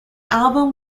album